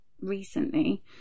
recently